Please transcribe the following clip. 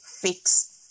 fix